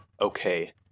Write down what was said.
okay